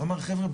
הוא אמר: חבר'ה,